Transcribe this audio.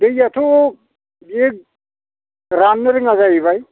दैआथ' बे राननो रोङा जाहैबाय